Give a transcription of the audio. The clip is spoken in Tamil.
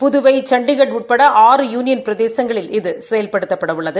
புதுவை சண்டிகர் உட்பட ஆறு யுனியன் பிரதேசங்களில் இது செயல்படுத்தப்படவுள்ளது